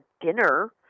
dinner